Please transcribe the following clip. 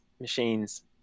machines